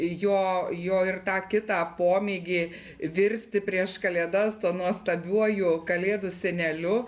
jo jo ir tą kitą pomėgį virsti prieš kalėdas tuo nuostabiuoju kalėdų seneliu